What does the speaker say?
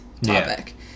topic